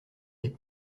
des